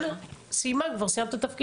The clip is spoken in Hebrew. את סיימת כבר את תפקידך?